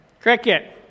Cricket